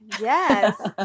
Yes